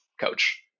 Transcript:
coach